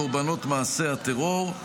קורבנות מעשי הטרור,